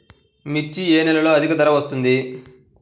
మిర్చి ఏ నెలలో అధిక ధర వస్తుంది?